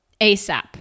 ASAP